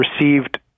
received